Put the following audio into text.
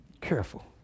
Careful